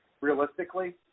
realistically